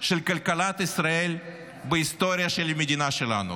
של כלכלת ישראל בהיסטוריה של המדינה שלנו.